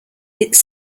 its